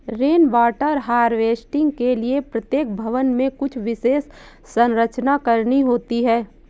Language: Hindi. रेन वाटर हार्वेस्टिंग के लिए प्रत्येक भवन में कुछ विशेष संरचना करनी होती है